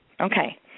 Okay